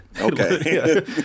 Okay